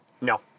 No